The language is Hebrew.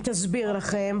היא תסביר לכם,